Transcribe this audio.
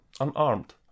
unarmed